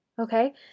okay